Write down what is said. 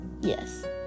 Yes